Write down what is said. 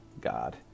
God